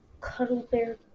cuddle-bear